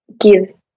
gives